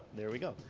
there we go,